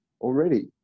already